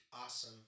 awesome